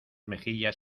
mejillas